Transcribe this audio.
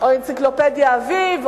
או אנציקלופדיה "אביב",